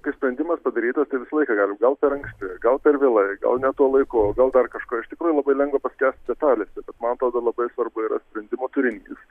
kai sprendimas padarytas tai visą laiką gali gal per anksti gal per vėlai gal ne tuo laiku o gal dar kažko iš tikrųjų labai lengva paskęst detalėse man atrodo labai svarbu yra sprendimo turinys